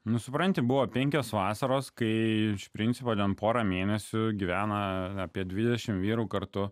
nu supranti buvo penkios vasaros kai iš principo ten porą mėnesių gyvena apie dvidešimt vyrų kartu